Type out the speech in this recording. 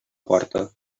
porta